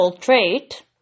trait